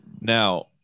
Now